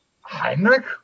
Heinrich